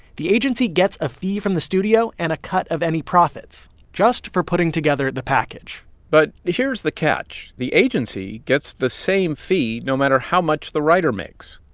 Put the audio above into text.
the agency gets a fee from the studio and a cut of any profits just for putting together the package but here's the catch. the agency gets the same fee, no matter how much the writer makes.